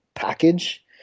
package